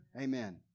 Amen